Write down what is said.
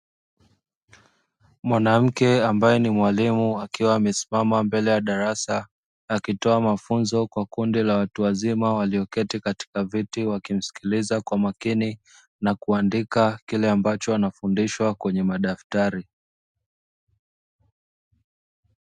Mwanamke ambaye ni mwalimu, akiwa amesimama mbele ya darasa. Akitoa mafunzo kwa kundi la watu wazima walioketi katika viti wakimsikiliza kwa makini na kuandika kile ambacho wanafundishwa kwenye madaftari.